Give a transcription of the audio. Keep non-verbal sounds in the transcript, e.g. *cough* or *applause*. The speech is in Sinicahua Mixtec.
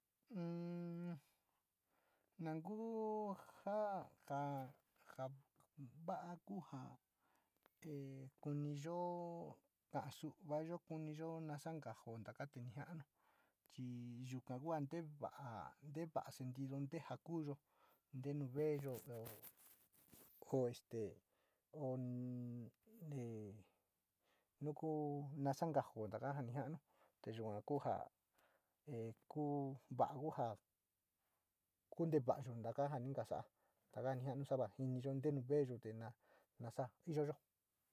*hesitation* Nangu, *unintelligible* va´a ku ja te kuniyo kasuvayo iniyo na sanka jo taka ni ja´anu chi yuka kua te va´a, te va´a sentido nte ja kuyo, in neejo, ko este onte no ko nasa non koo taji nu janu te yua kua jaa e kuu va´a ku ja kunte va´ayo taka ja ni kasa´a tajanusa *unintelligible* nte nu veeyo nasa iyoyo.